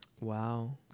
Wow